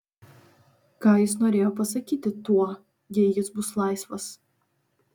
ką jis norėjo pasakyti tuo jei jis bus laisvas